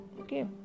okay